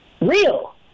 real